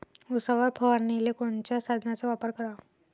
उसावर फवारनीले कोनच्या साधनाचा वापर कराव?